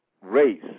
race